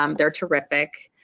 um they're terrific.